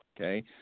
Okay